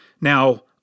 Now